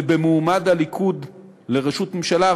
ובמועמד הליכוד לראשות הממשלה,